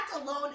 alone